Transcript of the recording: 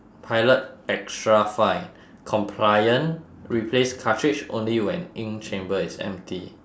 pilot extra fine compliant replace cartridge only when ink chamber is empty